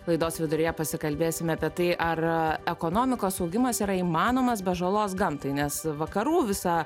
laidos viduryje pasikalbėsime apie tai ar ekonomikos augimas yra įmanomas be žalos gamtai nes vakarų visa